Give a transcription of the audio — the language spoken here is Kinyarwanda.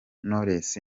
knowless